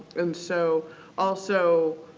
and so also,